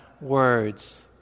words